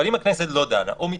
אבל אם הכנסת לא דנה או מתעכבת,